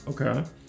Okay